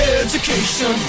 education